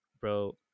bro